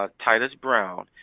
ah titus brown.